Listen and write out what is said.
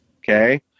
Okay